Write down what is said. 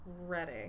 ready